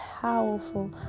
powerful